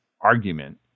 argument